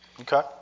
Okay